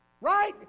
Right